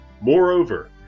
Moreover